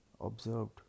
observed